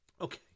Okay